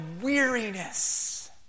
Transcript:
weariness